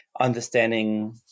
understanding